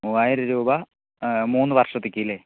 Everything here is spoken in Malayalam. മൂവായിരം രൂപ മൂന്ന് വർഷത്തേക്ക് അല്ലെ